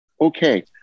okay